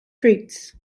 fruits